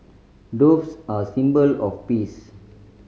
doves are a symbol of peace